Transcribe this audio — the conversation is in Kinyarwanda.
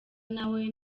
nawe